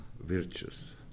virtues